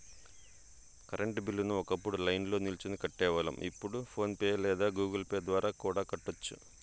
current బిల్లుని ఒకప్పుడు లైన్ల్నో నిల్చొని కట్టేవాళ్ళం, ఇప్పుడు ఫోన్ పే లేదా గుగుల్ పే ద్వారా కూడా కట్టొచ్చు